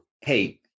hey